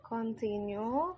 Continue